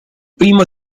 primo